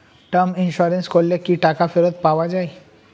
Term insurance করলে কি টাকা ফেরত পাওয়া যায়?